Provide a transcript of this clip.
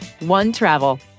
OneTravel